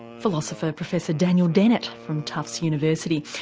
philosopher, professor daniel dennett from tufts university.